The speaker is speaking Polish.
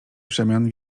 przemian